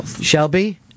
Shelby